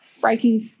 breaking